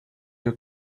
you